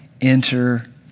enter